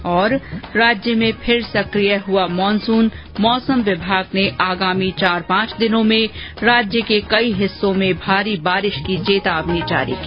्र राज्य में फिर सक्रिय हुआ मानसून मौसम विभाग ने आगामी चार पांच दिनों में राज्य के कई हिस्सों में भारी बारिश की चेतावनी जारी की